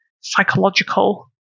psychological